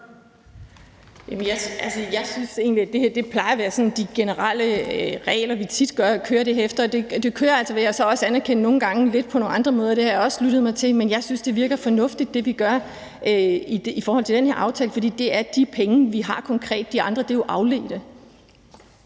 Bank (V): Jeg synes egentlig, at det her plejer at være sådan de generelle regler, vi tit kører det her efter. Det kører altså, vil jeg så også anerkende, nogle gange på nogle lidt andre måder. Det har jeg også lyttet mig til. Men jeg synes, det, vi gør i den her aftale, virker fornuftigt, for det er de penge, vi har konkret. De andre er jo afledte.